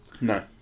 No